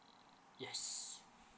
yes